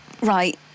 right